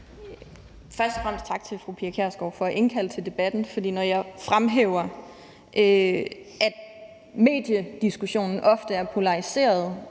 Først og fremmest tak til fru Pia Kjærsgaard for at indkalde til debatten. For når jeg fremhæver, at mediediskussionen ofte er polariseret,